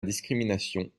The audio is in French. discrimination